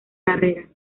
carrera